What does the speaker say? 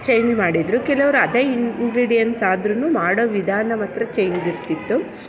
change ಮಾಡಿದರು ಕೆಲವರು ಅದೇ ಇನ್ಗ್ರೀಡಿಯನ್ಸ್ ಆದ್ರೂ ಮಾಡೋ ವಿಧಾನ ಮಾತ್ರ ಚೇಂಜಿರ್ತಿತ್ತು